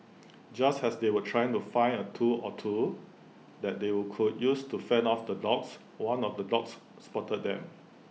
just as they were trying to find A tool or two that they could use to fend off the dogs one of the dogs spotted them